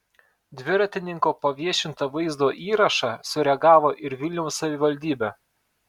dviratininko paviešintą vaizdo įrašą sureagavo ir vilniaus savivaldybė